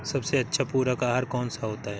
सबसे अच्छा पूरक आहार कौन सा होता है?